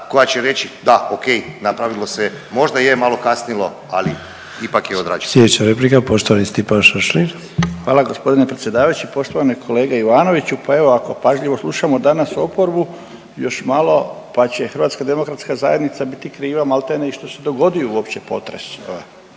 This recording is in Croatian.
koja će reći da okej napravilo se, možda je malo kasnilo, ali ipak je odrađeno.